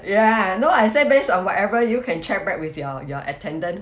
ya no I said based on whatever you can check back with your your attendant